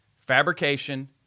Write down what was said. fabrication